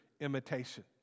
imitation